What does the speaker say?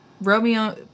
Romeo